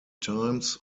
times